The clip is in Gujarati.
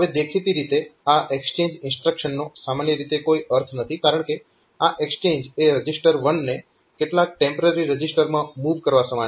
હવે દેખીતી રીતે આ એક્સચેન્જ ઇન્સ્ટ્રક્શનનો સામાન્ય રીતે કોઈ અર્થ નથી કારણકે આ એક્સચેન્જ એ રજીસ્ટર 1 ને કેટલાક ટેમ્પરરી રજીસ્ટર માં મૂવ કરવા સમાન છે